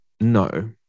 no